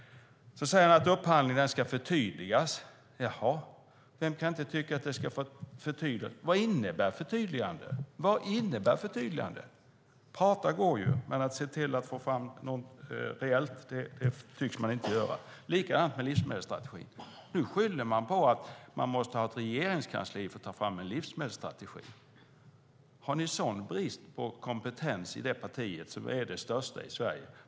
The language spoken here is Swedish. Sedan säger han att upphandlingen ska förtydligas. Jaha. Vad innebär förtydligandet? Prata går ju, men att få fram något reellt lyckas man inte med. Det är likadant med livsmedelsstrategin. Nu skyller man på att man måste ha ett regeringskansli för att ta fram en livsmedelsstrategi. Har ni sådan brist på kompetens i partiet, som ju är det största i Sverige?